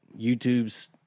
YouTube's